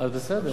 אז בסדר.